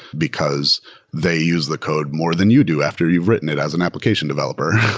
because they use the code more than you do after you've written it as an application developer.